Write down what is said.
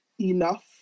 enough